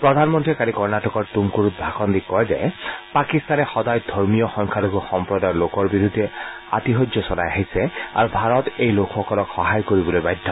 প্ৰধানমন্ত্ৰীয়ে কালি কৰ্ণাটকৰ তুমকুৰুত ভাষণ দি কয় যে পাকিস্তানে সদায় ধৰ্মীয় সংখ্যালঘু সম্প্ৰদায়ৰ লোকসকলৰ বিৰুদ্ধে আতিশয্য চলাই আহিছে আৰু ভাৰত এই লোকসকলক সহায় কৰিবলৈ বাধ্য